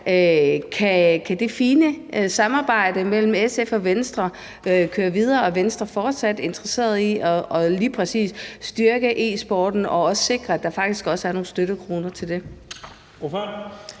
Kan det fine samarbejde mellem SF og Venstre køre videre, og er Venstre fortsat interesseret i at styrke lige præcis e-sporten og også sikre, at der faktisk er nogle støttekroner til det?